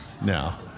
now